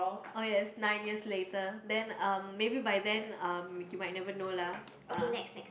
oh yes nine years later then um maybe by then um you might never know lah ah